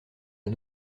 est